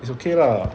it's okay lah